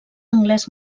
anglès